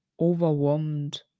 overwhelmed